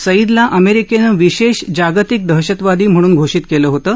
सईदला अमेरिकेनं विशेष जागतिक दहशतवादी म्हणून घोषित केलं होतं